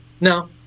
No